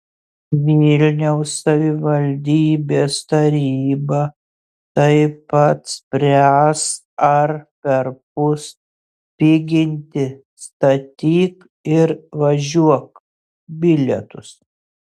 vilniaus savivaldybės taryba taip pat spręs ar perpus piginti statyk ir važiuok bilietus